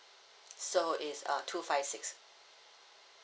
so it's uh two five six